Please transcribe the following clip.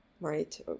right